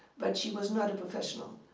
but she was not a professional.